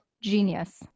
Genius